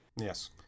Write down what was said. Yes